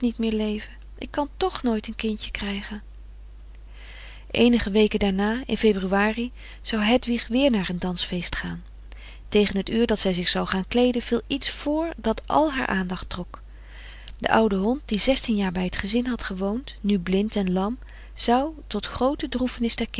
meer leven ik kan toch nooit een kindje krijgen eenige weken daarna in februari zou hedwig weer naar een dansfeest gaan tegen het uur dat zij zich zou gaan kleeden viel iets vr dat al haar aandacht trok de oude hond die zestien jaren bij het gezin frederik van eeden van de koele meren des doods had gewoond nu blind en lam zou tot groote